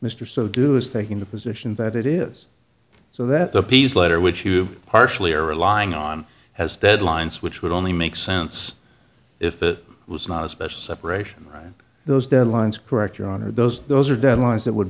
mr so do is taking the position that it is so that the p's letter which you partially are relying on has deadlines which would only make sense if it was not especially separation on those deadlines correct your honor those those are deadlines that would